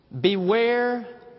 Beware